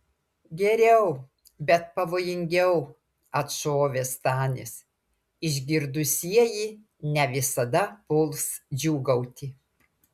geriau bet pavojingiau atšovė stanis išgirdusieji ne visada puls džiūgauti